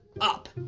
up